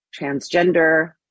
transgender